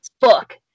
Book